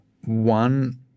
one